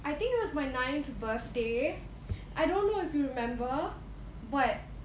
I think it was my ninth birthday I don't know if you remember but